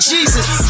Jesus